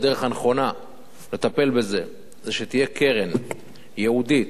הדרך הנכונה לטפל בזה היא שתהיה קרן ייעודית